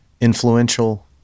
influential